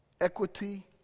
Equity